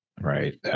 right